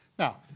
now,